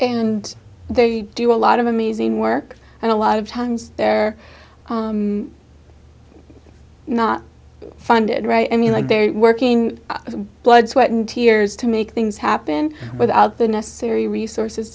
and they do a lot of amazing work and a lot of times they're not funded right i mean like their working blood sweat and tears to make things happen without the necessary resources